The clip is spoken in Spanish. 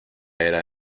era